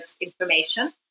information